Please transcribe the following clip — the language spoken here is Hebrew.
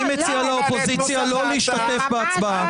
אני מציע לאופוזיציה לא להשתתף בהצבעה.